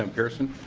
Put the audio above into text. um pierson